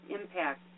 impact